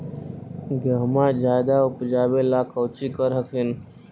गेहुमा जायदे उपजाबे ला कौची कर हखिन?